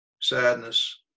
sadness